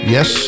Yes